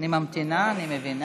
אני ממתינה, אני מבינה.